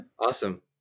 awesome